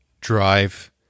drive